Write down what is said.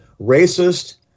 racist